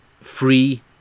free